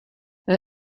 her